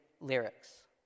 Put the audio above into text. lyrics